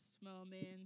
moment